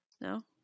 No